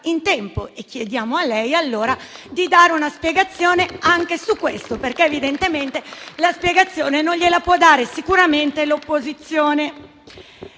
Chiediamo a lei, allora, di dare una spiegazione anche su questo, perché evidentemente la spiegazione non gliela può dare l'opposizione.